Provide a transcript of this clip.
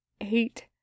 Eight